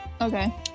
Okay